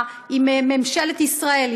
עם ממשלת ישראל,